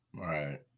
right